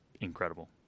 incredible